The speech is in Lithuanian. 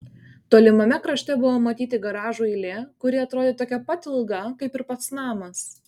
tolimame krašte buvo matyti garažų eilė kuri atrodė tokia pat ilga kaip ir pats namas